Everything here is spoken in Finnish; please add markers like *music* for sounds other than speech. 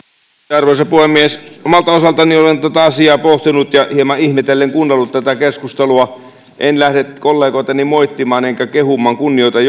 arvoisa puhemies omalta osaltani olen tätä asiaa pohtinut ja hieman ihmetellen kuunnellut tätä keskustelua en lähde kollegoitani moittimaan enkä kehumaan kunnioitan *unintelligible*